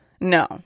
No